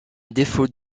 défaut